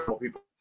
people